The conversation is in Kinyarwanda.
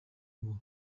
ngo